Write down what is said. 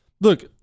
look